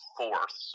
fourth